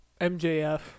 MJF